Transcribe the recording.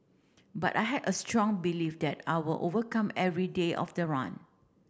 but I had a strong belief that I will overcome every day of the run